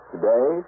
Today